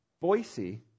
Boise